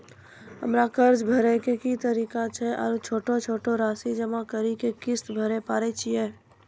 हमरा कर्ज भरे के की तरीका छै आरू छोटो छोटो रासि जमा करि के किस्त भरे पारे छियै?